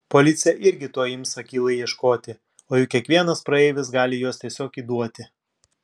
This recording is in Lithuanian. policija irgi tuoj ims akylai ieškoti o juk kiekvienas praeivis gali juos tiesiog įduoti